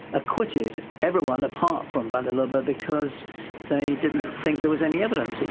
acquitted everyone apart from van der lubbe ah because they didn't think there was any evidence.